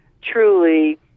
truly